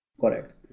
correct